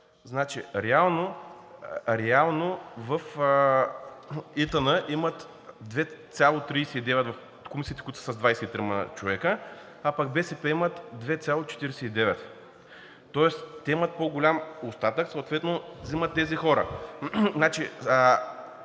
реално в ИТН имат 2,39 в комисиите, които са с 23-ма човека, а пък БСП имат 2,49. Тоест те имат по-голям остатък, съответно взимат тези хора.